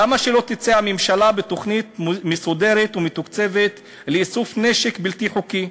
למה שלא תצא הממשלה בתוכנית מסודרת ומתוקצבת לאיסוף נשק בלתי חוקי,